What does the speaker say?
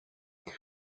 all